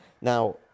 Now